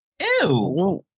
Ew